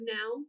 now